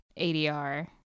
ADR